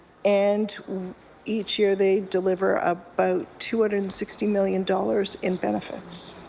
and each year they deliver about two hundred and sixty million dollars in benefits.